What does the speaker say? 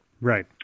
right